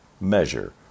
measure